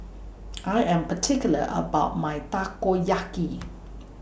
I Am particular about My Takoyaki